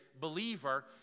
believer